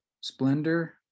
splendor